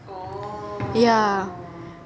ya